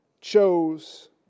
chose